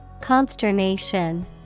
consternation